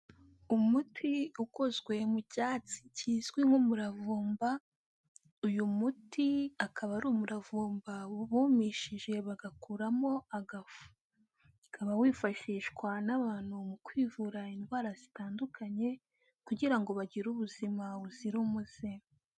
Umuti ukozwe mu cyatsi kizwi nk'umuravumba, uyu muti akaba ari umuravumba bumishije bagakuramo agafu. ukaba wifashishwa n'abantu mu kwivura indwara zitandukanye kugira ngo bagire ubuzima buzira umuze.